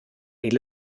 eir